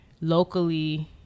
locally